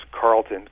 Carlton